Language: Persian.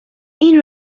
این